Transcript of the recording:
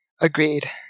Agreed